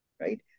right